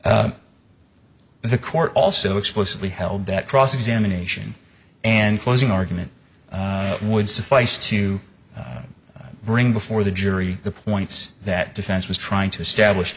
the court also explicitly held that cross examination and closing argument would suffice to bring before the jury the points that defense was trying to establish